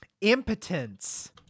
impotence